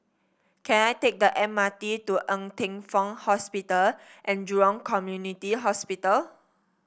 can I take the M R T to Ng Teng Fong Hospital and Jurong Community Hospital